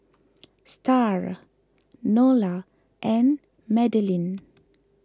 Starr Nola and Madilyn